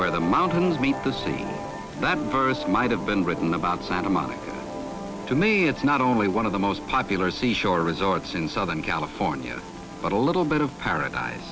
where the mountains meet the sea that first might have been written about santa monica to me it's not only one of the most popular seashore resorts in southern california but a little bit of paradise